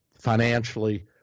financially